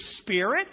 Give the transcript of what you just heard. spirit